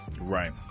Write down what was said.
Right